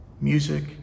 music